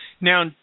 Now